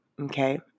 okay